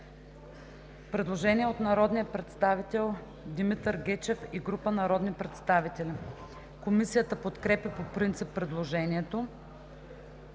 Предложение от народния представител Димитър Гечев и група народни представители. Комисията подкрепя по принцип предложението.